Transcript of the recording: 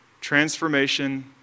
transformation